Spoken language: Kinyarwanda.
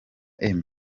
emmy